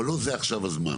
אבל לא זה עכשיו הזמן,